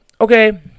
okay